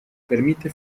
permite